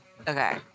Okay